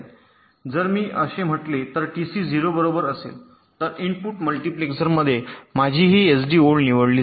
जर मी असे म्हटले तर टीसी 0 बरोबर असेल तर इनपुट मल्टीप्लेक्सरमध्ये माझी ही एसडी ओळ निवडली जाईल